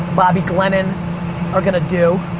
bobby glennen are gonna do.